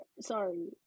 sorry